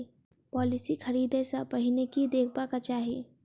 Policy खरीदै सँ पहिने की देखबाक चाहि?